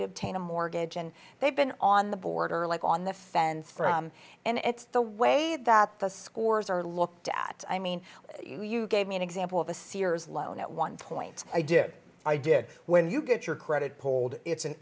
to obtain a mortgage and they've been on the border like on the fence from and it's the way that the scores are looked at i mean you you gave me an example of a sears loan at one point i did i did when you get your credit polled it's an